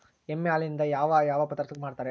ಎಮ್ಮೆ ಹಾಲಿನಿಂದ ಯಾವ ಯಾವ ಪದಾರ್ಥಗಳು ಮಾಡ್ತಾರೆ?